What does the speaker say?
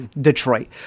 Detroit